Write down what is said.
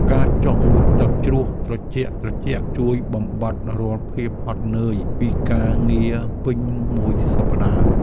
ការចុះងូតទឹកជ្រោះត្រជាក់ៗជួយបំបាត់រាល់ភាពហត់នឿយពីការងារពេញមួយសប្តាហ៍។